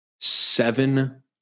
seven